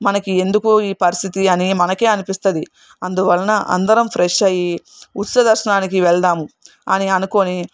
మనకి ఎందుకు ఈ పరిస్థితి అని మనకే అనిపిస్తుంది అందువలన అందరం ఫ్రెష్ అయ్యి ఉచిత దర్శనానికి వెళ్దాము అని అనుకొని